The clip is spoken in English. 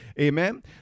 amen